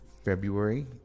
February